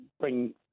bring